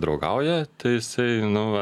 draugauja tai jisai nu va